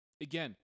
again